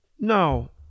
No